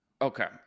Okay